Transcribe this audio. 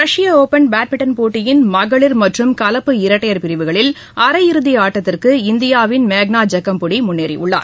ரஷ்ய open badminton போட்டியின் மகளிர் மற்றும் கலப்பு இரட்டையர் பிரிவுகளில் அரையிறுதி ஆட்டத்திற்கு இந்தியாவின் மேகனா ஜக்கம்புடி முன்னேறியுள்ளார்